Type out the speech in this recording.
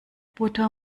butter